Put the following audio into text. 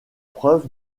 preuve